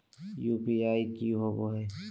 UPI की होवे हय?